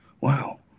Wow